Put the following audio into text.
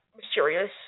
mysterious